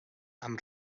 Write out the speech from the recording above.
amb